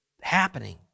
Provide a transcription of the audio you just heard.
happening